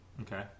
Okay